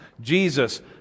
Jesus